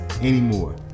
anymore